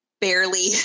barely